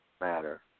matter